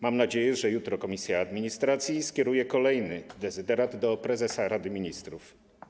Mam nadzieję, że jutro komisja administracji skieruje kolejny dezyderat do prezesa Rady Ministrów.